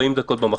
דקות במחסום.